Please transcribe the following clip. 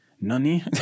Nani